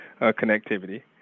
connectivity